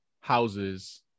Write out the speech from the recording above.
houses